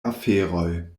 aferoj